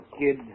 kid